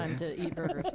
um to eat burgers.